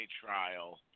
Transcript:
trial